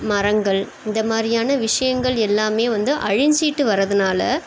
மரங்கள் இந்தமாதிரியான விஷயங்கள் எல்லாமே வந்து அழிஞ்சுட்டு வர்றதுனால்